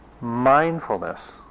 Mindfulness